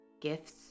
gifts